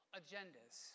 agendas